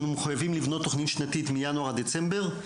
אנחנו מחויבים לבנות תוכנית שנתית מינואר עד דצמבר.